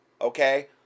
Okay